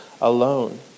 alone